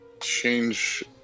change